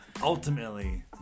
ultimately